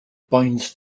binds